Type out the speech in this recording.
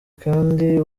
kandi